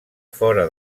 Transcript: fora